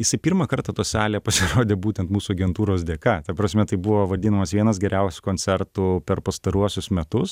jisai pirmą kartą toj salėje pasirodė būtent mūsų agentūros dėka ta prasme tai buvo vadinamas vienas geriausių koncertų per pastaruosius metus